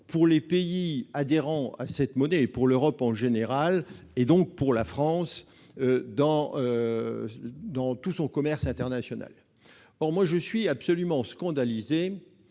pour les pays adhérents à cette monnaie et pour l'Europe en général et donc pour la France dans dans tout son commerce international, or moi je suis absolument scandalisé